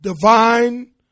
divine